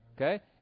okay